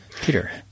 Peter